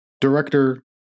Director